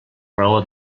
raó